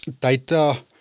data